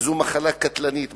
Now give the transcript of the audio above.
וזוהי מחלה קטלנית,